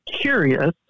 curious